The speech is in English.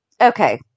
Okay